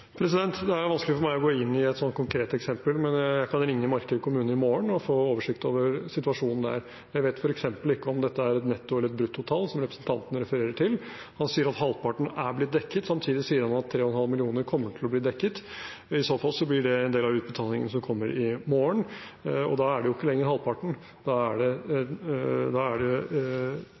Det er vanskelig for meg å gå inn i et sånt konkret eksempel, men jeg kan ringe Marker kommune i morgen og få oversikt over situasjonen der. Jeg vet f.eks. ikke om det er netto- eller bruttotall representanten Lauvås refererer til. Han sier at halvparten er blitt dekket, samtidig sier han at 3,5 mill. kr kommer til å bli dekket. I så fall blir det en del av utbetalingene som kommer i morgen. Da er det ikke lenger halvparten, da er det to tredeler. Men uansett vet jeg ikke om dette er netto- eller bruttotall. Det